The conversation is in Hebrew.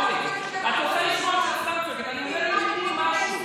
רק צועקת.